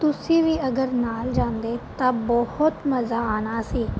ਤੁਸੀਂ ਵੀ ਅਗਰ ਨਾਲ ਜਾਂਦੇ ਤਾਂ ਬਹੁਤ ਮਜ਼ਾ ਆਉਣਾ ਸੀ